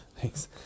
Thanks